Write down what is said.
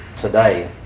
today